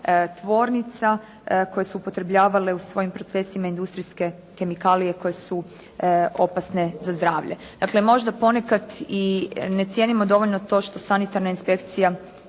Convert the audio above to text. tvornica koje su upotrebljavale u svojim procesima industrijske kemikalije koje su opasne za zdravlje. Dakle, možda ponekad i ne cijenimo dovoljno to što sanitarna inspekcija